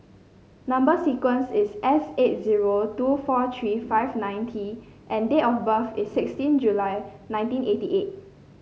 number sequence is S eight zero two four three five nine T and date of birth is sixteen July nineteen eighty eight